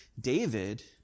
David